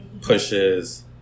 pushes